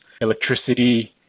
electricity